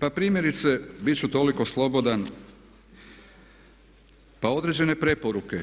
Pa primjerice bit ću toliko slobodan, pa određene preporuke